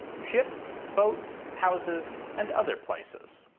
ships, boats, houses and other places.